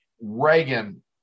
Reagan